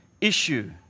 issue